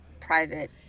private